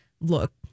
look